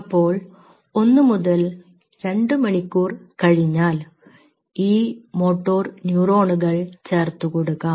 അപ്പോൾ 1 മുതൽ 2 മണിക്കൂർ കഴിഞ്ഞാൽ ഈ മോട്ടോർ ന്യൂറോണുകൾ ചേർത്തു കൊടുക്കാം